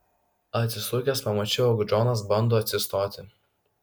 atsisukęs pamačiau jog džonas bando atsistoti